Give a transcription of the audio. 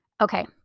okay